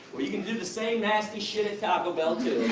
well, you can do the same nasty shit at taco bell too,